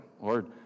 Lord